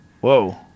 whoa